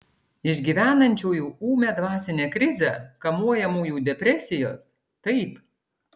išgyvenančiųjų ūmią dvasinę krizę kamuojamųjų depresijos taip